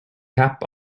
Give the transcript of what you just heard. cap